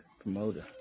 promoter